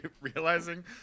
realizing